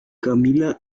camila